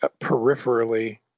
peripherally